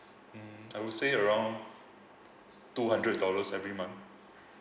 mm I would say around two hundred dollars every month